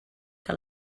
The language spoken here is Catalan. que